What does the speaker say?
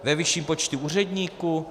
Ve vyšším počtu úředníků?